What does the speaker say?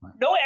No